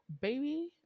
baby